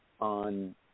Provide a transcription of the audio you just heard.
on